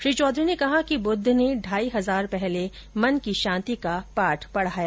श्री चौधरी ने कहा कि बुद्ध ने ढाई हजार साल पहले मन की शांति का पाठ पढ़ाया